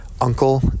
uncle